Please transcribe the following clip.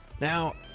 Now